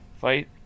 fight